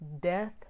death